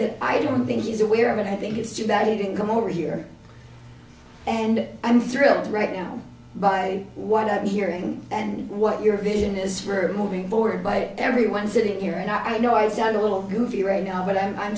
that i don't think is aware of it i think it's too bad you didn't come over here and i'm thrilled right now by what i'm hearing and what your vision is for moving forward by everyone sitting here and i know i sound a little goofy right now but i'm